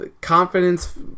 confidence